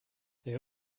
they